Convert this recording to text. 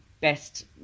best